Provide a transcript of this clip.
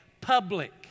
public